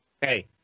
Hey